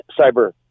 cyber